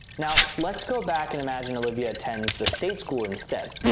now let's go back and imagine olivia attends the state school instead.